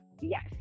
Yes